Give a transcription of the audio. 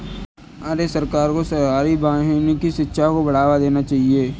हमारे सरकार को शहरी वानिकी शिक्षा को बढ़ावा देना चाहिए